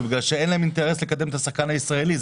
בגלל שאין להם אינטרס לקדם את השחקן הישראלי.